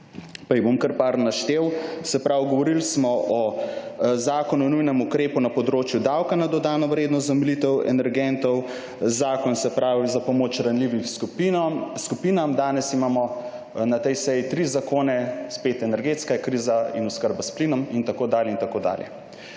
jih bom kar nekaj naštel, se pravi, govorili smo o zakonu o nujnem ukrepu na področju davka na dodano vrednost za omilitev cen energentov, o zakonu za pomoč ranljivim skupinam, danes imamo na tej seji tri zakone, spet energetska kriza in oskrba s plinom in tako dalje in tako dalje.